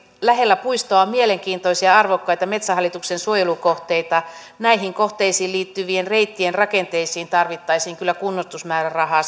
lähellä puistoa on mielenkiintoisia ja arvokkaita metsähallituksen suojelukohteita näihin kohteisiin liittyvien reittien rakenteisiin tarvittaisiin kyllä kunnostusmäärärahaa